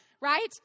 right